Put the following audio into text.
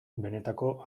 benetako